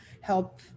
help